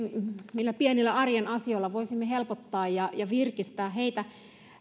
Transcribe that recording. millä pienillä arjen asioilla voisimme helpottaa ja ja virkistää heitä